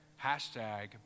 Hashtag